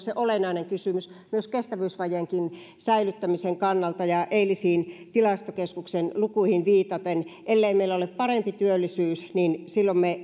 se olennainen kysymys myös kestävyysvajeenkin kannalta eilisiin tilastokeskuksen lukuihin viitaten ellei meillä ole parempi työllisyys niin silloin me